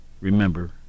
Remember